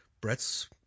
Brett's